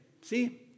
see